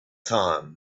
time